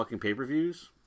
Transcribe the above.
pay-per-views